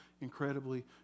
incredibly